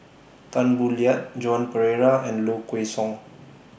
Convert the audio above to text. Tan Boo Liat Joan Pereira and Low Kway Song